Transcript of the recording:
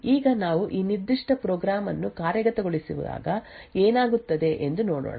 ಈಗ ನಾವು ಈ ನಿರ್ದಿಷ್ಟ ಪ್ರೋಗ್ರಾಂ ಅನ್ನು ಕಾರ್ಯಗತಗೊಳಿಸಿದಾಗ ಏನಾಗುತ್ತದೆ ಎಂದು ನೋಡೋಣ